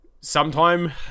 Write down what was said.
sometime